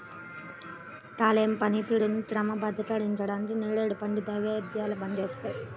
కాలేయం పనితీరుని క్రమబద్ధీకరించడానికి నేరేడు పండ్లు దివ్యౌషధంలా పనిచేస్తాయి